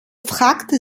fragte